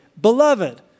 Beloved